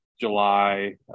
july